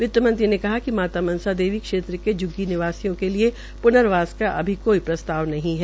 वित्तमंत्री ने कहा कि माता मनसा देवी क्षेत्र के झ्ग्गी निवासियों के पूर्नवासका कोई प्रस्ताव नहीं है